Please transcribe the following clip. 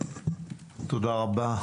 תודה רבה.